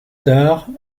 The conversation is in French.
tard